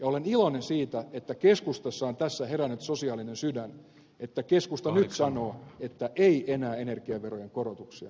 olen iloinen siitä että keskustassa on tässä herännyt sosiaalinen sydän että keskusta nyt sanoo että ei enää energiaverojen korotuksia